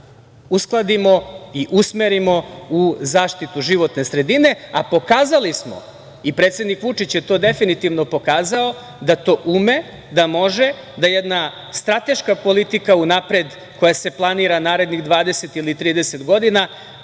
uskladimo i usmerimo u zaštitu životne sredine. Pokazali smo, i predsednik Vučić je to definitivno pokazao, da to ume, da može, da jedna strateška politika unapred koja se planira narednih 20 ili 30 godina